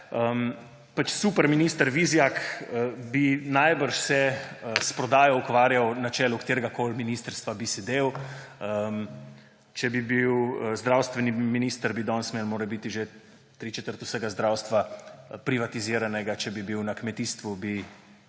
Superminister Vizjak bi se najbrž s prodajo ukvarjal na čelu kateregakoli ministrstva, kjer bi sedel. Če bi bil zdravstveni minister, bi danes morebiti imeli že tri četrt vsega zdravstva privatiziranega, če bi bil na kmetijstvu,